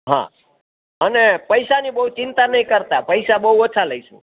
હા અને પૈસાની બહુ ચિંતા નહીં કરતા પૈસા બહુ ઓછા લઈશ હું